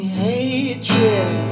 hatred